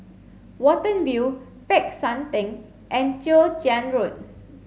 Watten View Peck San Theng and Chwee Chian Road